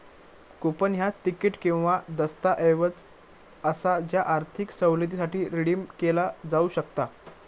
coupon ह्या ticket किंवा दस्तऐवज असा ज्या आर्थिक सवलतीसाठी रिडीम केला जाऊ शकता